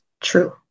True